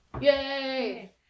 Yay